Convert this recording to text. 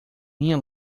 minha